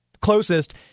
closest